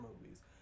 movies